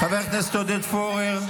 חבר הכנסת עודד פורר,